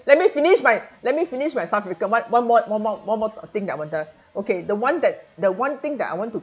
let me finish my let me finish my south africa one more one more one more thing that I want tell okay the one that the one thing that I want to